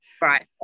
Right